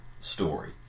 story